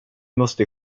måste